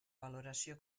valoració